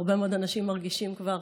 והרבה מאוד אנשים מרגישים כבר